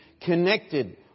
connected